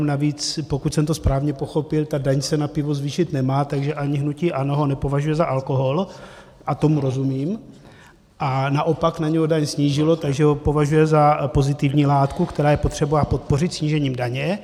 Navíc pokud jsem to správně pochopil, daň se na pivo zvýšit nemá, takže ani hnutí ANO ho nepovažuje za alkohol, a tomu rozumím, a naopak na něj daň snížilo, takže ho považuje pozitivní látku, kterou je potřeba podpořit snížením daně.